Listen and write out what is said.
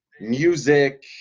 music